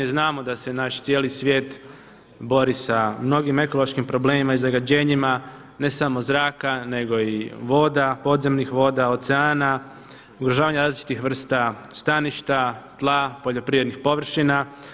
Znamo da se naš cijeli svijet bori sa mnogim ekološkim problemima i zagađenjima, ne samo zraka nego i voda, podzemnih voda, oceana, uvažavanja različitih vrsta staništa, tla, poljoprivrednih površina.